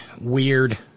weird